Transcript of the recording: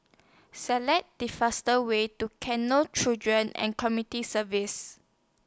Select The faster Way to Children and comity Services